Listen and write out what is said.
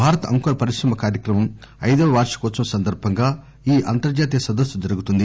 భారత అంకుర పరిశ్రమ కార్యక్రమం ఐదవ వార్షికోత్సవం సందర్బంగా ఈ అంతర్జాతీయ సదస్సు జరుగుతుంది